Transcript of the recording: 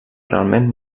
realment